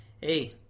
Hey